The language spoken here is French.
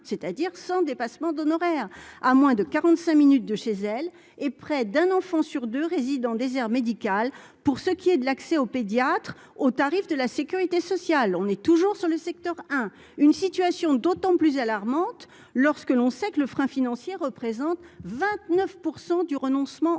c'est-à-dire sans dépassements d'honoraires, à moins de 45 minutes de chez elle et près d'un enfant sur 2 résidents désert médical pour ce qui est de l'accès au pédiatre au tarif de la Sécurité sociale, on est toujours sur le secteur, hein, une situation d'autant plus alarmante, lorsque l'on sait que le frein financier représente 29 % du renoncement